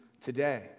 today